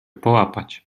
połapać